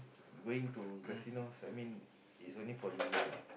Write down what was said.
going to casino I mean it's only for leisure lah